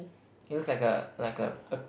it looks like a like a a